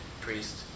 priest